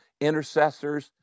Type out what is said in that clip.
intercessors